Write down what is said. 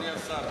אדוני השר,